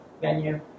venue